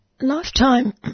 lifetime